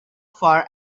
far